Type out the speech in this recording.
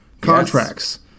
contracts